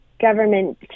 government